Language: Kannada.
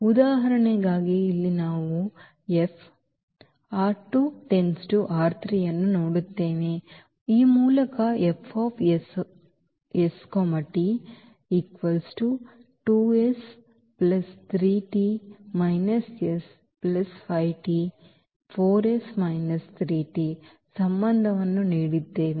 ಉದಾಹರಣೆಗಾಗಿ ಇಲ್ಲಿ ನಾವು ಈ ಅನ್ನು ನೋಡುತ್ತೇವೆ ಮತ್ತು ಈ ಮೂಲಕ F s t ಸಂಬಂಧವನ್ನು ನೀಡಿದ್ದೇವೆ